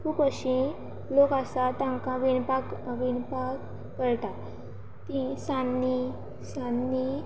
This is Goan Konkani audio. खूब अशीं लोक आसा तांकां विणपाक विणपाक कळटा तीं सान्नी सान्नी